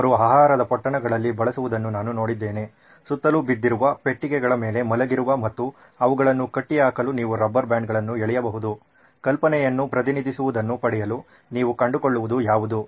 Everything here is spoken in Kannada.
ಅವರು ಆಹಾರದ ಪೊಟ್ಟಣಗಳಲ್ಲಿ ಬಳಸುವುದನ್ನು ನಾನು ನೋಡಿದ್ದೇನೆ ಸುತ್ತಲೂ ಬಿದ್ದಿರುವ ಪೆಟ್ಟಿಗೆಗಳ ಮೇಲೆ ಮಲಗಿರುವ ಮತ್ತು ಅವುಗಳನ್ನು ಕಟ್ಟಿಹಾಕಲು ನೀವು ರಬ್ಬರ್ ಬ್ಯಾಂಡ್ಗಳನ್ನು ಎಳೆಯಬಹುದು ಕಲ್ಪನೆಯನ್ನು ಪ್ರತಿನಿಧಿಸುವದನ್ನು ಪಡೆಯಲು ನೀವು ಕಂಡುಕೊಳ್ಳುವುದು ಯಾವುದು